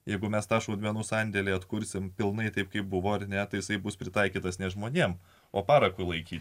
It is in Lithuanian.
jeigu mes tą šaudmenų sandėlį atkursime pilnai taip kaip buvo ar ne tai jisai bus pritaikytas nežmonėms o parakui laikyti